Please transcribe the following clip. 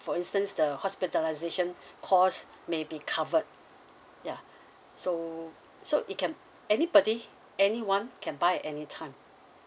for instance the hospitalisation cost maybe covered ya so so it can anybody anyone can buy at any time